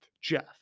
Jeff